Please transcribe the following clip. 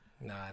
Nah